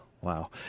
Wow